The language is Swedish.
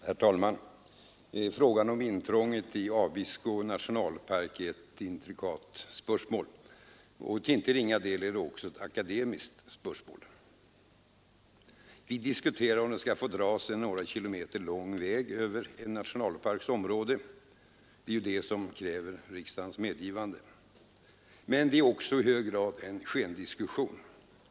Herr talman! Frågan om intrånget i Abisko nationalpark är ett intrikat spörsmål. Till icke ringa del är det också ett akademiskt spörsmål. Vi diskuterar om det skall få dras en några kilometer lång väg över en nationalparks område. Det är ju detta som kräver riksdagens medgivande. Men det är också i hög grad en skendiskussion.